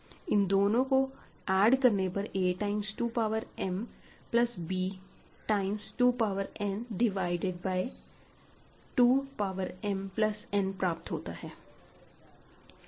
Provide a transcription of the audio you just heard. इन दोनों का ऐड करने पर a times 2 power m plus b times 2 power n divided by 2 power m plus n प्राप्त होता है